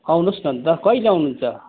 आउनुहोस् न अन्त कहिले आउनुहुन्छ